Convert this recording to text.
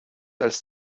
als